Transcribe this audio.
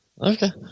Okay